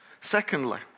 Secondly